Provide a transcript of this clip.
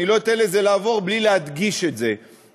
אני לא אתן לזה לעבור בלי להדגיש: בשנים